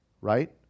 Right